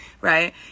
right